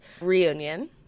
reunion